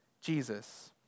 Jesus